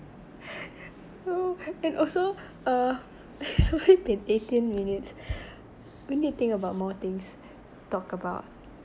no and also uh it's only been eighteen minutes we need to think about more things talk about